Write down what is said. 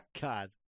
God